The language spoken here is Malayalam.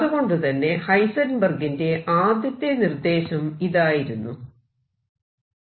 അതുകൊണ്ടുതന്നെ ഹൈസെൻബെർഗിന്റെ ആദ്യത്തെ നിർദ്ദേശം അഥവാ പ്രൊപോസൽ ഇതായിരുന്നു